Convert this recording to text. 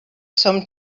some